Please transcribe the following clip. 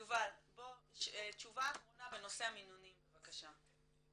יובל, תשובה אחרונה בנושא המינונים בבקשה.